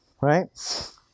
Right